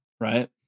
Right